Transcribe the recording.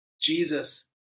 Jesus